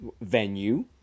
venue –